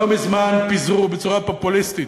לא מזמן פיזרו בצורה פופוליסטית